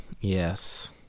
yes